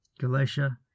Galatia